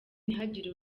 ntihagire